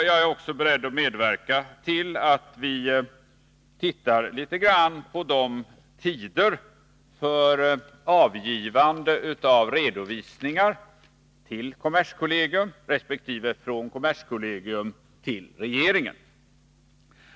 Jag är också beredd att medverka till att vi ser litet på tiderna för avgivande av redovisningar till kommerskollegium resp. från kommerskollegium till regeringen.